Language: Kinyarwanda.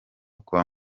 kwa